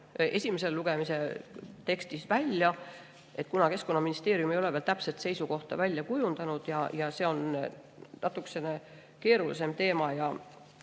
esimese lugemise tekstist välja, kuna Keskkonnaministeerium ei ole veel täpset seisukohta välja kujundanud ja see on natukene keerulisem teema.